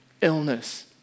illness